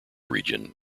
region